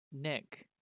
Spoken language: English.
Nick